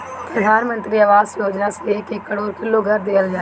प्रधान मंत्री आवास योजना से एक करोड़ लोग के घर देहल जाई